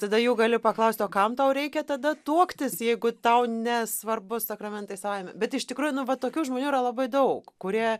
tada jau gali paklaust o kam tau reikia tada tuoktis jeigu tau nesvarbu sakramentai savaime bet iš tikrųjų nu va tokių žmonių yra labai daug kurie